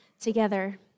together